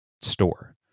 store